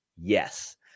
Yes